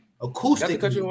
Acoustic